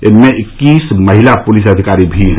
इनमें इक्कीस महिला पुलिस अधिकारी भी हैं